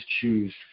choose